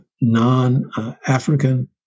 non-African